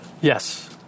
Yes